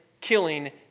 killing